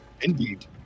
Indeed